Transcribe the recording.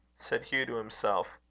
said hugh to himself